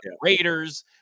Raiders